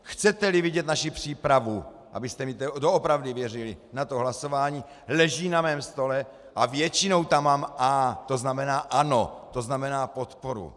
Chceteli vidět naši přípravu, abyste mi doopravdy věřili, na hlasování, leží na mém stole a většinou tam mám A, to znamená ano, to znamená podporu.